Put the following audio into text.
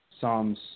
Psalms